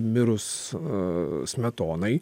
mirus aaa smetonai